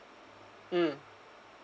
mm